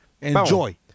Enjoy